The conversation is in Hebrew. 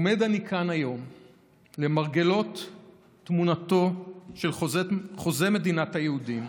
עומד אני כאן היום למרגלות תמונתו של חוזה מדינת היהודים,